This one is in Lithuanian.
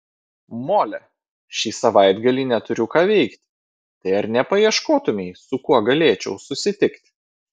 mole šį savaitgalį neturiu ką veikti tai ar nepaieškotumei su kuo galėčiau susitikti